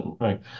Right